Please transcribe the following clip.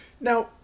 Now